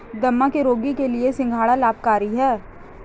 दमा के रोगियों के लिए सिंघाड़ा लाभकारी है